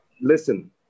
Listen